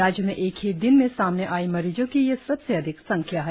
राज्य में एक ही दिन में सामने आई मरीजों की ये सबसे अधिक संख्या है